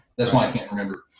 that's why i can't remember.